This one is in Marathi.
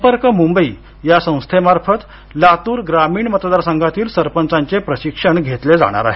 संपर्क मुंबई या संस्थेमार्फत लातूर ग्रामीण मतदारसंघातील सरपंचाचे प्रशिक्षण घेतले जाणार आहे